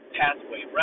pathway